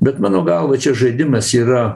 bet mano galva čia žaidimas yra